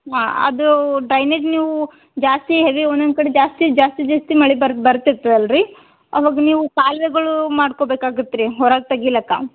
ಹಾಂ ಅದೂ ಡ್ರೈನೇಜ್ ನೀವೂ ಜಾಸ್ತಿ ಹೆವಿ ಒಂದೊಂದು ಕಡೆ ಜಾಸ್ತಿ ಜಾಸ್ತಿ ಜಾಸ್ತಿ ಮಳೆ ಬರೋ ಬರ್ತದ್ ಅಲ್ರಿ ಆವಾಗ ನೀವು ಕಾಲುವೆಗಳು ಮಾಡ್ಕೊಬೇಕಾಗತ್ತೆ ರೀ ಹೊರಗೆ ತೆಗಿಯೊಕ್ಕ